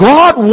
God